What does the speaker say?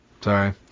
Sorry